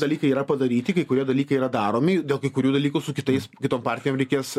dalykai yra padaryti kai kurie dalykai yra daromi dėl kai kurių dalykų su kitais kitom partijom reikės